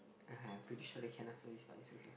(uh huh) I'm pretty sure they can after this but is okay